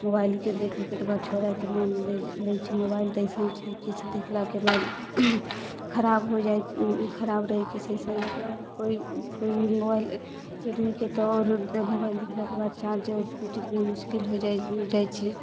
मोबाइलके देखिके तऽ ओकरा छोड़ैके ने नहि नहि छै मोबाइल तइसन छै कि देखलाके बाद खराब हो जाइ खराब रहै कि से अइसन मतलब कोइ कोइ भी मोबाइल रेडमीके तऽ आओर मोबाइल देखलाके बाद चार्जर टिकनाइ मुश्किल होइ जाइ जाइ छै